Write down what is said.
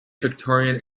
victorian